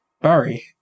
Barry